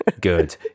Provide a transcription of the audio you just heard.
good